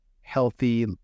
healthy